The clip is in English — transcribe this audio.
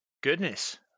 Goodness